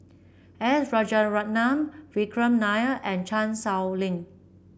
S Rajaratnam Vikram Nair and Chan Sow Lin